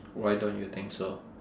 why don't you think so